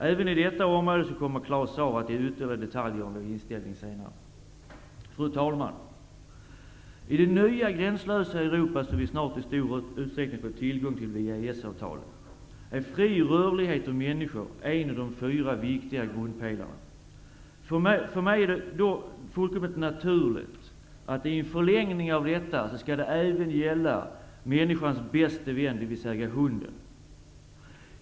Claus Zaar kommer även på detta område att ge ytterligare detaljer om vår inställning. Fru talman! I det nya gränslösa Europa som vi snart i stor utsträckning får tillgång till via EES-avtalet, är fri rörlighet av människor en av fyra viktiga pelare. För mig ter det sig då helt naturligt att detta i förlängningen skall gälla även människans bäste vän, dvs. hunden.